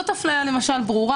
זו אפליה ברורה,